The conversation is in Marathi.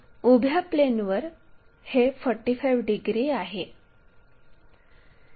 तर उभ्या प्लेनवर हे 45 डिग्री आहे